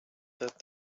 that